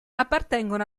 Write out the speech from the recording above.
appartengono